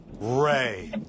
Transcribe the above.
Ray